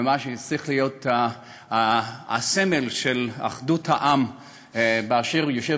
ומה שהיה צריך להיות הסמל של אחדות העם אשר יושב